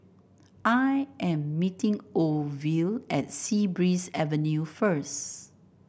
I am meeting Orvil at Sea Breeze Avenue first